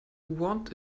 want